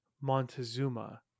Montezuma